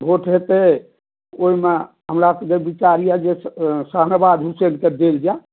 vote हेतै ओहिमे हमरसभके विचार यऽ जे शहनवाज़ हुसैनके देल जाइ